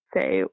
say